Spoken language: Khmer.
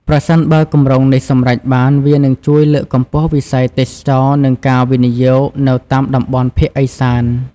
ប្រសិនបើគម្រោងនេះសម្រេចបាន វានឹងជួយលើកកម្ពស់វិស័យទេសចរណ៍និងការវិនិយោគនៅតាមតំបន់ភាគឦសាន។